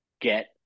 get